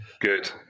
Good